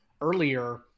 earlier